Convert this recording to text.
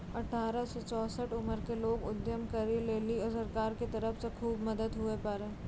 अठारह से चौसठ उमर के लोग उद्यम करै लेली सरकार के तरफ से खुब मदद हुवै पारै